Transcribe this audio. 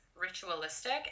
ritualistic